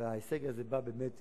וההישג הזה בא באמת